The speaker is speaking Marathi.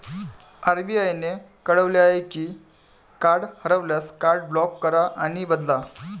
आर.बी.आई ने कळवले आहे की कार्ड हरवल्यास, कार्ड ब्लॉक करा आणि बदला